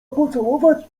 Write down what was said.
pocałować